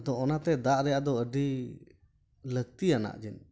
ᱟᱫᱚ ᱚᱱᱟᱛᱮ ᱫᱟᱜ ᱨᱮᱭᱟᱜ ᱫᱚ ᱟᱹᱰᱤ ᱞᱟᱹᱠᱛᱤᱭᱟᱱᱟᱜ ᱡᱟᱱᱤᱡ